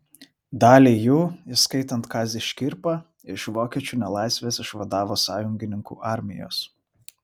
dalį jų įskaitant kazį škirpą iš vokiečių nelaisvės išvadavo sąjungininkų armijos